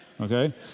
Okay